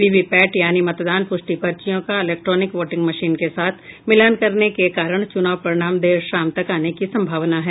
VVPAT यानि मतदान पुष्टि पर्चियों का इलेक्ट्रॉनिक वोटिंग मशीनों के साथ मिलान करने के कारण चुनाव परिणाम देर शाम तक आने की संभावना है